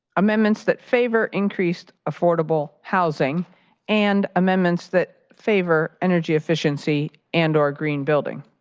amendments that favor increased affordable housing and amendments that favor energy efficiency and or a green building.